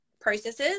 processes